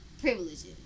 privileges